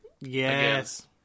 yes